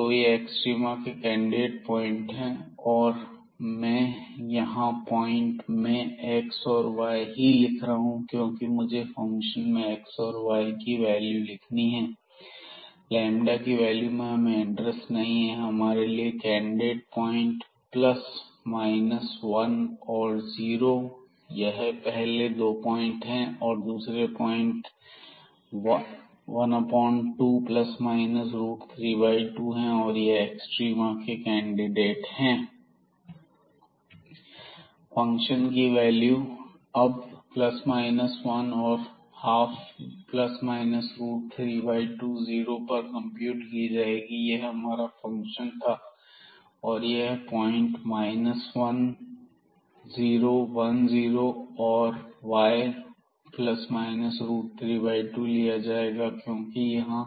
तो यह एक्सट्रीमा के कैंडिडेट पॉइंट हैं और मैं यहां पॉइंट में एक्स और वाई ही लिख रहा हूं क्योंकि मुझे फंक्शन में एक्स और वाई की वैल्यू लिखनी है की वैल्यू में हमें इंटरेस्ट नहीं है तो हमारे लिए candidate point plus minus one और जीरो यह पहले 2 पॉइंट है और दूसरे 2 पॉइंट 12±32 हैं और यह एक्सट्रीमा के कैंडिडेट हैं फंक्शन की वैल्यू अब ±10 और 12±32 पर कंप्यूट की जाएंगी यह हमारा फंक्शन था और यह पॉइंट 10 10 और यहां y 32 लिया जाएगा क्योंकि यहां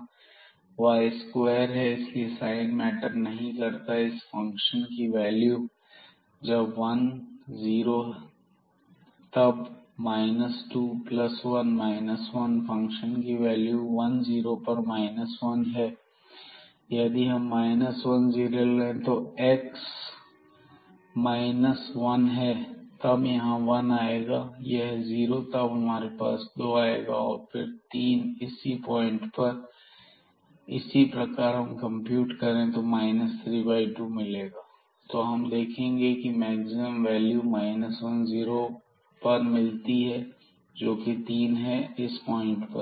y2 है तो इसलिए साइन मैटर नहीं करता इस फंक्शन की वैल्यू जब 10 तब 21 1 फंक्शन की वैल्यू 10 पर 1 है यदि हम 10ले तो एक्स माइनस वन है तब यहां 1 आएगा और यह जीरो तब हमारे पास दो आएगा और फिर 3 इसी पॉइंट पर इसी प्रकार यदि हम कंप्यूट करें तो हमें 32 मिलेगा तो हम देखेंगे कि मैक्सिमम वैल्यू 10 पर मिलती है जोकि तीन है इस पॉइंट पर